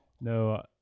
no